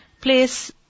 place